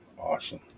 Awesome